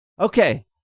Okay